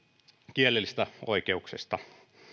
kielellisistä oikeuksista